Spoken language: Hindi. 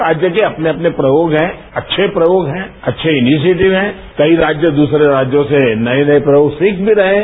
हर राज्य के अपने अपने प्रयोग हैं अच्छे प्रयोग हैं अच्छे इनिशिएटिव हैं कई राज्य दूसरे राज्यों से नए नए प्रयोग सीख भी रहे हैं